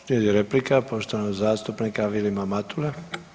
Slijedi replika poštovanog zastupnika Vilima Matule.